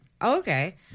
Okay